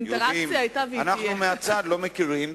אנחנו מהצד לא מכירים,